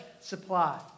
supply